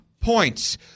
points